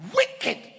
wicked